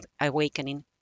awakening